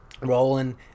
rolling